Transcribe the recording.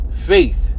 Faith